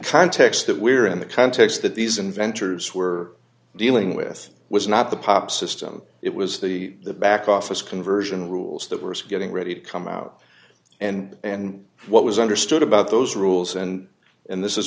context that we're in the context that these inventors were dealing with was not the pop system it was the back office conversion rules that were getting ready to come out and what was understood about those rules and and this is